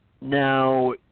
Now